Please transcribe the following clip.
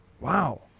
Wow